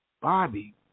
Bobby